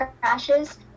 crashes